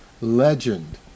legend